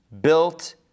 built